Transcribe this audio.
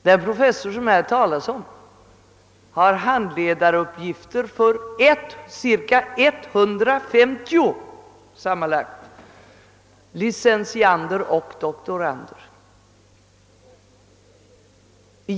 Den professor som det här talas om har handledaruppgifter för cirka 150 licentiander och doktorander.